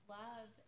love